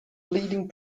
leading